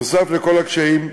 נוסף על כל הקשיים,